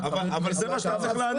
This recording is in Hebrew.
אבל זה מה שאתה צריך לענות.